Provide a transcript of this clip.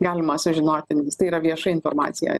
galima sužinoti nes tai yra vieša informacija